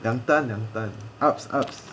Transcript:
两单两单 ups ups